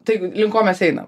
tai link ko mes einam